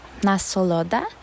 Nasoloda